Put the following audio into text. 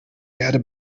erde